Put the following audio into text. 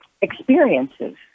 experiences